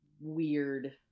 weird